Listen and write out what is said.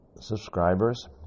subscribers